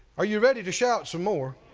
are you ready to shout some more?